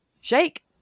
shake